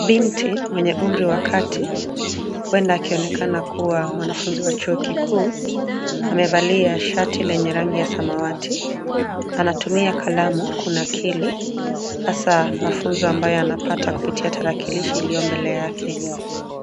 Binti mwenye umri wa kati, huenda akionekana kuwa mwanafunzi wa chuo kikuu amevalia shati lenye rangi ya samawati anatumia kalamu kunakili hasa mafunzo ambayo pata kupitia talakilishi iliyo mbele yake,